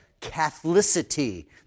Catholicity